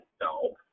No